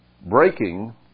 Breaking